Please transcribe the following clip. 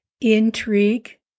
intrigue